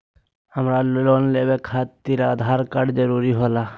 हमरा लोन लेवे खातिर आधार कार्ड जरूरी होला?